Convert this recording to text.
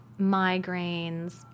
migraines